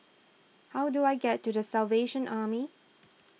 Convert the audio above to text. how do I get to the Salvation Army